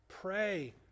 Pray